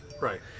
Right